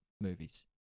Movies